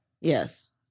Yes